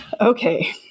Okay